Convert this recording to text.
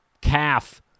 calf